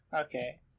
Okay